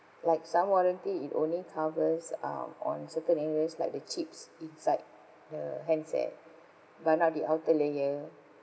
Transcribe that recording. like some warranty it only covers um on certain areas like the chips inside the handset but not the outer layer